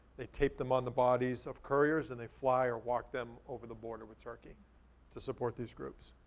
they tape them on the bodies of couriers and they fly or walk them over the border with turkey to support these groups.